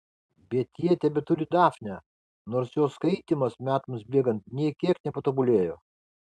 bet jie tebeturi dafnę nors jos skaitymas metams bėgant nė kiek nepatobulėjo